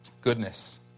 Goodness